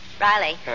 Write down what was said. Riley